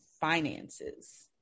finances